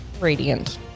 Radiant